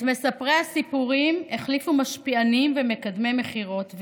ואת מספרי הסיפורים החליפו משפיענים ומקדמי מכירות,